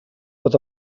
pot